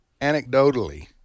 Anecdotally